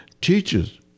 teachers